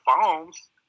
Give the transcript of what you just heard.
phones